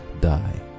die